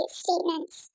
statements